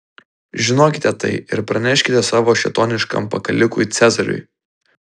žinokite tai ir praneškite savo šėtoniškam pakalikui cezariui